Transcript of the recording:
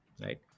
right